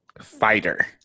fighter